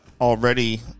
already